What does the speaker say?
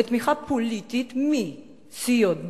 ותמיכה פוליטית מסיעות בל"ד,